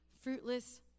fruitless